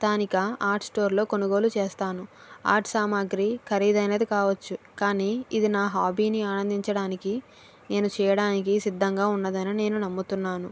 స్థానిక ఆర్ట్ స్టోర్లో కొనుగోలు చేస్తాను ఆర్ట్ సామాగ్రి ఖరీదైనది కావచ్చు కానీ ఇది నా హాబీని ఆనందించడానికి నేను చేయడానికి సిద్ధంగా ఉన్నదని నేను నమ్ముతున్నాను